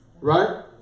right